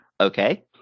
okay